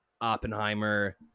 Oppenheimer